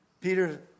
Peter